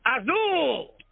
Azul